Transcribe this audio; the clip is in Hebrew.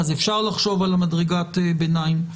אפשר לחשוב על מדרגת הביניים.